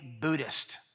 Buddhist